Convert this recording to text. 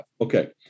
Okay